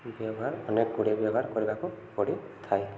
ବ୍ୟବହାର ଅନେକଗୁଡ଼ିଏ ବ୍ୟବହାର କରିବାକୁ ପଡ଼ିଥାଏ